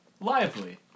lively